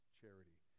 charity